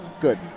Good